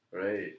Right